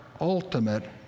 ultimate